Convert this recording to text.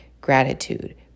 Gratitude